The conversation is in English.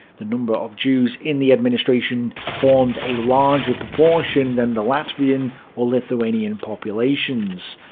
the number of jews in the administration formed a larger proportion than the latvian or lithuanian populations.